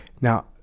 Now